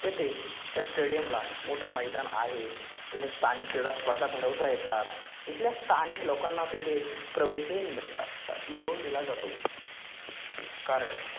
तेथे त्या स्टेडियमला मोठं मैदान आहे तिथे स्थानिक क्रीडा स्पर्धा भरवता येतात इथल्या स्थानिक लोकांना तिथे प्रवेशही मिळवून दिला जातो कारण